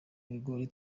ibigori